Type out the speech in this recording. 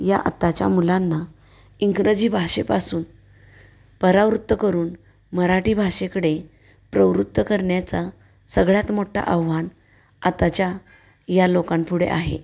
या आताच्या मुलांना इंग्रजी भाषेपासून परावृत्त करून मराठी भाषेकडे प्रवृत्त करण्याचा सगळ्यात मोठा आव्हान आताच्या या लोकांपुढे आहे